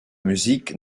musique